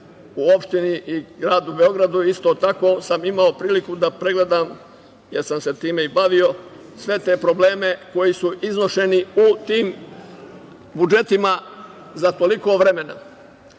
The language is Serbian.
u opštini i gradu Beogradu. Isto tako sam imao priliku da pregledam, jer sam se time i bavio, sve te probleme koji su iznošeni u tim budžetima za toliko vremena. Ovde